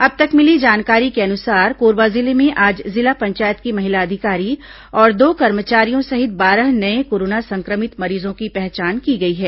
अब तक मिली जानकारी के अनुसार कोरबा जिले में आज जिला पंचायत की महिला अधिकारी और दो कर्मचारियों सहित बारह नए कोरोना संक्रमित मरीजों की पहचान की गई है